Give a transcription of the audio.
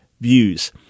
views